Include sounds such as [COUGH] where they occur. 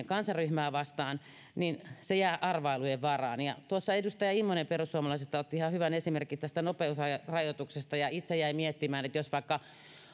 [UNINTELLIGIBLE] kansanryhmää vastaan niin se jää arvailujen varaan tuossa edustaja immonen perussuomalaisista otti ihan hyvän esimerkin tästä nopeusrajoituksesta itse jäin miettimään että jos vaikka